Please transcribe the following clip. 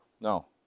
No